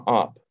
up